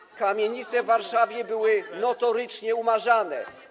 Sprawy kamienic w Warszawie były notorycznie umarzane.